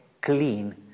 clean